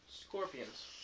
Scorpions